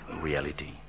reality